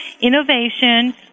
innovation